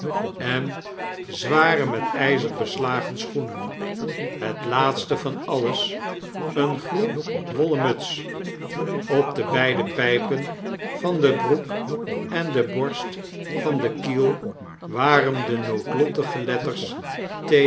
en zware met yzer beslagen schoenen het laatste van alles eene groen wollen muts op de beide pijpen van de broek en de borst van den kiel waren de noodlottige letters